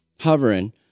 hovering